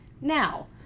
Now